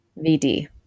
VD